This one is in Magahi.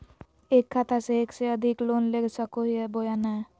एक खाता से एक से अधिक लोन ले सको हियय बोया नय?